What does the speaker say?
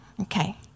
Okay